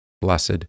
Blessed